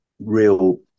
real